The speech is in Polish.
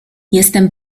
jestem